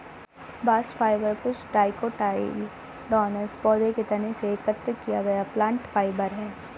bast fibre कुछ dicotyledonous पौधों के तने से एकत्र किया गया प्लांट फाइबर है